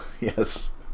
Yes